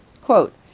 quote